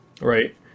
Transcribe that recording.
Right